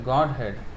Godhead